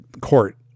court